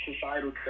societal